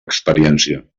experiència